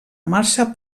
marxa